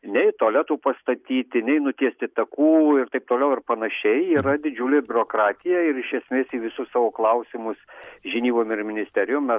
nei tualetų pastatyti nei nutiesti takų ir taip toliau ir panašiai yra didžiulė biurokratija ir iš esmės į visus savo klausimus žinybom ir ministerijom mes